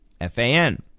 F-A-N